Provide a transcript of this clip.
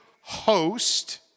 host